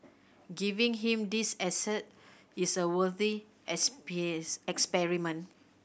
giving him these asset is a worthy experiment